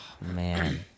man